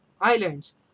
islands